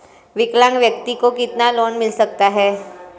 विकलांग व्यक्ति को कितना लोंन मिल सकता है?